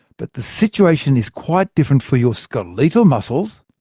but the situation is quite different for your skeletal muscles.